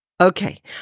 Okay